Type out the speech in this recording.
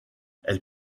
elle